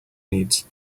needs